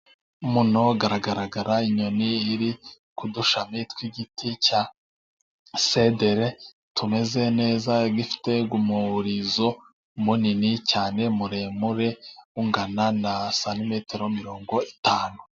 Muno haragaragara inyoni iri ku dushami tw'giti cya shedere tumeze neza, ifite umurizo munini cyane muremure ungana na santimetero mirongo itanu.